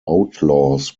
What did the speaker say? outlaws